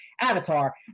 avatar